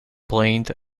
blamed